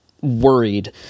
worried